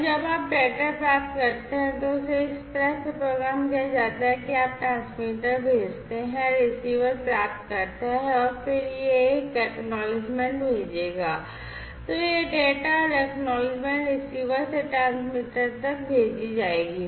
और जब आप डेटा प्राप्त करते हैं तो इसे इस तरह से प्रोग्राम किया जाता है कि आप रिसीवर से ट्रांसमीटर तक भेजी जाएगी